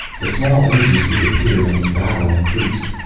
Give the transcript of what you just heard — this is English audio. the small images reappeared and the babble increased,